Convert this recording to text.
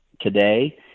today